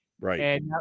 Right